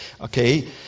Okay